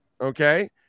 Okay